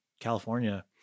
California